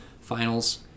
finals